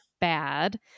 bad